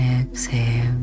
exhale